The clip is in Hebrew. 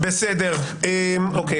אוקיי.